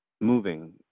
moving